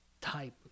type